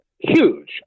huge